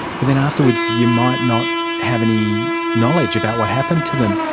but then afterwards you might not have any knowledge about what happened to them.